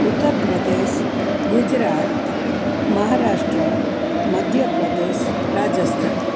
Uttar Pradesh Gujarat Maharashtra Madhya Pradesh Rajasthan